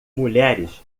mulheres